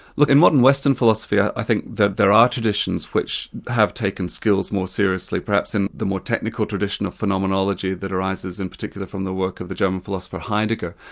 like in modern western philosophy i think that there are traditions which have taken skills more seriously, perhaps in the more technical tradition of phenomenology that arises in particular from the work of the german philosopher, heidegger,